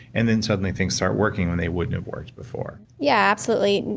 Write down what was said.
and then suddenly things start working when they wouldn't have worked before yeah, absolutely.